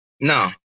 No